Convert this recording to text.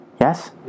Yes